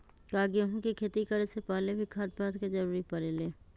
का गेहूं के खेती करे से पहले भी खाद्य पदार्थ के जरूरी परे ले?